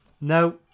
No